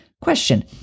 question